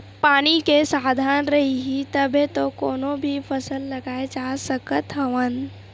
पानी के साधन रइही तभे तो कोनो भी फसल लगाए जा सकत हवन